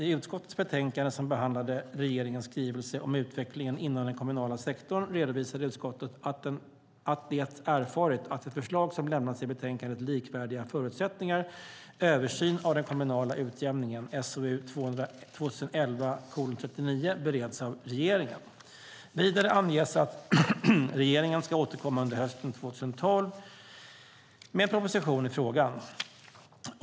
I utskottets betänkande som behandlade regeringens skrivelse om utvecklingen inom den kommunala sektorn redovisade utskottet att det erfarit att de förslag som lämnats i betänkandet Likvärdiga förutsättningar - Översyn av den kommunala utjämningen bereds av regeringen. Vidare anges att regeringen ska återkomma under hösten 2012 med en proposition i frågan.